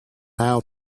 how